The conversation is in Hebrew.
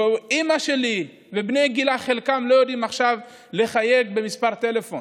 ואימא שלי ובני גילה חלקם לא יודעים עכשיו לחייג מספר טלפון,